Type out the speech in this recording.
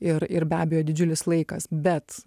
ir ir be abejo didžiulis laikas bet